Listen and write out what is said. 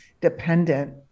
dependent